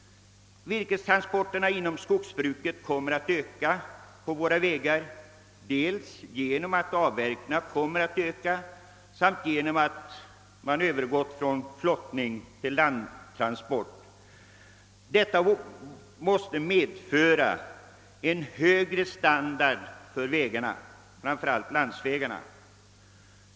Virkestransporterna inom skogsbruket kommer att öka på våra vägar dels genom att avverkningarna ökar, dels genom att man nu har övergått från flottning till landtransport. Detta måste kräva en högre standard på vägarna.